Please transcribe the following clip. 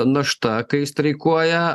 našta kai streikuoja